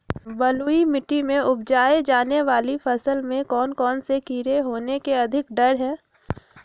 बलुई मिट्टी में उपजाय जाने वाली फसल में कौन कौन से कीड़े होने के अधिक डर हैं?